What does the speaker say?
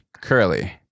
Curly